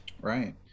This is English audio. Right